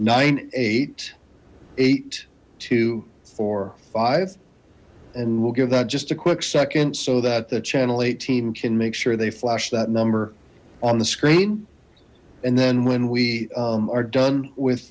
nine eight eight two four five and we'll give that just a quick second so that the channel a team can make sure they flash that number on the screen and then when we are done with